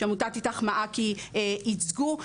שעמותת אית"ך מעכי ייצגו,